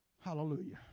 Hallelujah